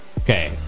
Okay